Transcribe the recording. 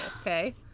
okay